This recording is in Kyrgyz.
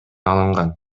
алынган